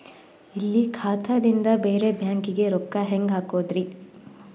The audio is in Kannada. ಇಲ್ಲಿ ಖಾತಾದಿಂದ ಬೇರೆ ಬ್ಯಾಂಕಿಗೆ ರೊಕ್ಕ ಹೆಂಗ್ ಹಾಕೋದ್ರಿ?